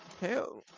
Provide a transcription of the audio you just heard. hell